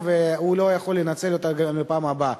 והוא לא יכול לנצל אותו בפעם הבאה.